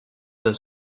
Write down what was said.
for